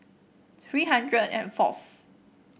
three hundred and forth